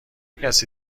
کسی